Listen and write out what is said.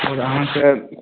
आओर अहाँकेॅं